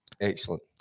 Excellent